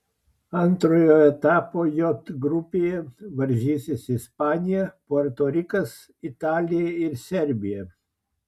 antrojo etapo j grupėje varžysis ispanija puerto rikas italija ir serbija